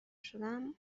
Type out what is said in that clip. شدم